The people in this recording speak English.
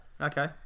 Okay